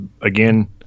Again